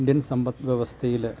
Indian സമ്പദ് വ്യവസ്ഥയിൽ